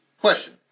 Question